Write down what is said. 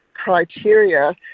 Criteria